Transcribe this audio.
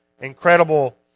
incredible